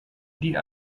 die